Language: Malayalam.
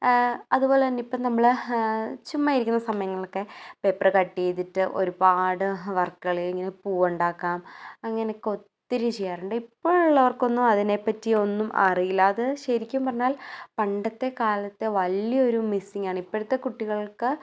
അതുപോലെ തന്നെ ഇപ്പോൾ നമ്മൾ ചുമ്മാ ഇരിക്കുന്ന സമയങ്ങളിലക്കെ പേപ്പർ കട്ട് ചെയ്തിട്ട് ഒരുപാട് വർക്കുകൾ ഇങ്ങനെ പൂവുണ്ടാക്കാം അങ്ങനെ ഒക്കെ ഒത്തിരി ചെയ്യാറുണ്ട് ഇപ്പോൾ ഉള്ളവർക്കൊന്നും അതിനെപ്പറ്റി ഒന്നും അറിയില്ല അത് ശരിക്കും പറഞ്ഞാൽ പണ്ടത്തെ കാലത്തെ വലിയ ഒരു മിസ്സിംഗാണ് ഇപ്പോഴത്തെ കുട്ടികൾക്ക്